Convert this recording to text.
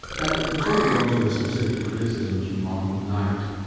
now before we get on to the specific criticisms from malcolm knight,